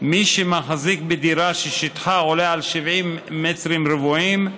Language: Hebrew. מי שמחזיק בדירה ששטחה עולה על 70 מטרים רבועים,